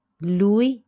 Lui